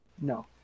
No